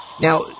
Now